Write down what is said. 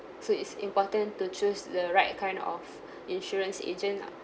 so it's important to choose the right kind of insurance agent lah